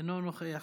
אינו נוכח.